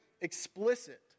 explicit